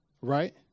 right